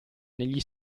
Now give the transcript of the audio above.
negli